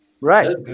Right